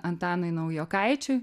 antanui naujokaičiui